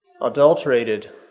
adulterated